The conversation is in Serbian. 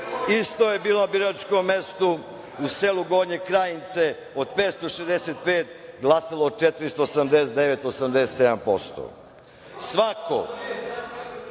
Isto je bilo na biračkom mestu u selu Gornje Krajince. Od 565, glasalo 489